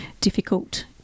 difficult